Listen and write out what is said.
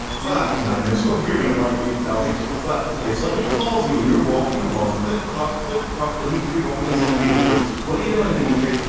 but and i know. so if you're gonna write me it, tell me. but if somebody calls you and you're walking along clip clop, clip clop. dimitri walking in st. petersburg. what are you doing, dimitri?